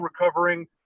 recovering